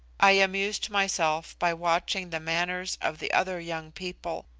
i amused myself by watching the manners of the other young people.